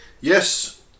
Yes